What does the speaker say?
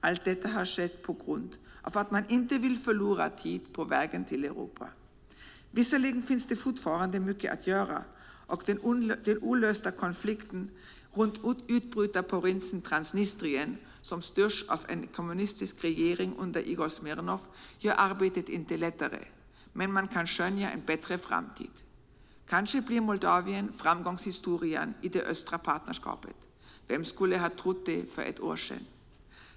Allt detta har skett mot bakgrunden av att man inte vill förlora tid på vägen till Europa. Visserligen finns det fortfarande mycket att göra. Den olösta konflikten runt utbrytarprovinsen Transnistrien, som styrs av en kommunistisk regering under Igor Smirnov, gör inte arbetet lättare, men man kan skönja en bättre framtid. Kanske blir Moldavien en framgångshistoria i Östra partnerskapet. Vem skulle ha trott det för ett år sedan?